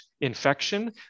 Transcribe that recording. infection